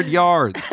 yards